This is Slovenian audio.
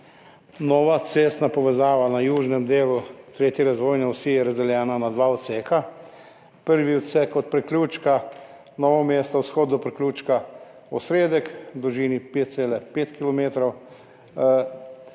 Nova cestna povezava na južnem delu tretje razvojne osi je razdeljena na dva odseka. Prvi odsek, od priključka Novo mesto – vzhod do priključka Osredek v dolžini 5,5